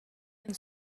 and